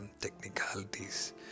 technicalities